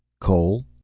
cole?